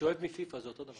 אני שואב מפיפ"א, זה אותו דבר.